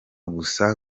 gusa